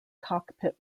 cockpit